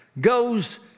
goes